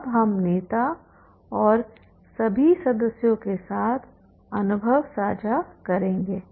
अब हम नेता और सभी सदस्यों के साथ अनुभव साझा करेंगे